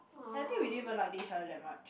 and I think we didn't even like each other that much